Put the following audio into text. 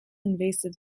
invasive